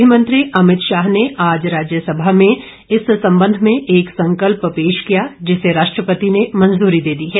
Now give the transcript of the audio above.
गृह मंत्री अमित शाह ने आज राज्य सभा में इस संबंध में एक संकल्प पेश किया जिसे राष्ट्रपति ने मंजूरी दे दी है